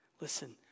Listen